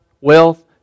wealth